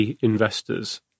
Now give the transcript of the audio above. investors